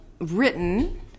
written